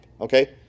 okay